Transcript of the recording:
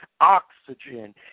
oxygen